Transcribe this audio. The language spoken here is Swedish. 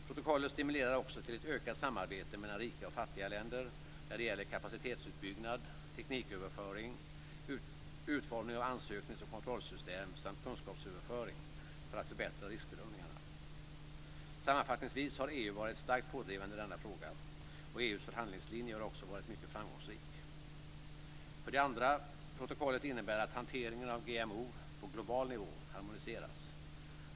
Protokollet stimulerar också till ett ökat samarbete mellan rika och fattiga länder när det gäller kapacitetsutbyggnad, tekniköverföring, utformning av ansöknings och kontrollsystem samt kunskapsöverföring för att förbättra riskbedömningarna. Sammanfattningsvis har EU varit starkt pådrivande i denna fråga, och EU:s förhandlingslinje har också varit mycket framgångsrik. För det andra innebär protokollet att hanteringen av GMO på global nivå harmoniseras.